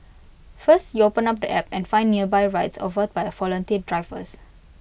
first you open up the app and find nearby rides offered by volunteer drivers